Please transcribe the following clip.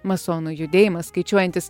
masonų judėjimas skaičiuojantis